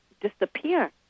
disappear